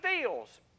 feels